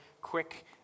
quick